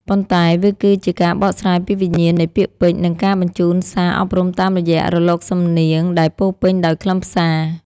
ប៉ុន្តែវាគឺជាការបកស្រាយពីវិញ្ញាណនៃពាក្យពេចន៍ និងការបញ្ជូនសារអប់រំតាមរយៈរលកសំនៀងដែលពោពេញដោយខ្លឹមសារ។